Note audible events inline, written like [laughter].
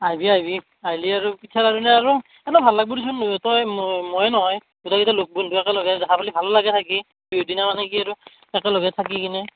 IV আইভি আহিলে আৰু পিঠা লাৰু নে আৰু এনে ভাল লাগিব দেচোন [unintelligible] তই মই নহয় গোটেই গিটা লগ বন্ধু একেলগে দেখা পালি ভাল লাগে থাকি বিহুৰ দিনা মানে কি আৰু একেলগে থাকিকিনে